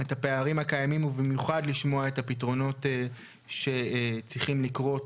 את הפערים הקיימים ובמיוחד לשמוע את הפתרונות שצריכים לקרות